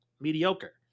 mediocre